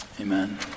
Amen